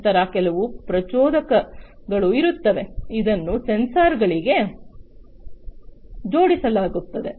ನಂತರ ಕೆಲವು ಪ್ರಚೋದಕಗಳು ಇರುತ್ತವೆ ಅದನ್ನು ಸೆನ್ಸಾರ್ಗಳಿಗೆ ಜೋಡಿಸಲಾಗುತ್ತದೆ